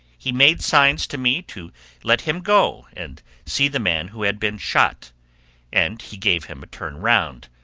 he made signs to me to let him go and see the man who had been shot and he gave him a turn round,